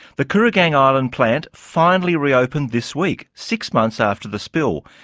the kooragang island plant finally reopened this week, six months after the spill.